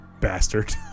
bastard